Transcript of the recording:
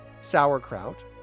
sauerkraut